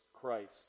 Christ